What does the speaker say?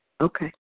Okay